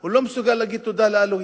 לא מסוגל להגיד תודה לאלוהים,